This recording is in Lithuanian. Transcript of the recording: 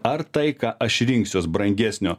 ar tai ką aš rinksiuos brangesnio